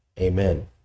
Amen